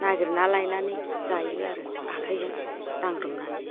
नागिरना लायनानै जायो आरो आखाइजों दांग्रोमनानै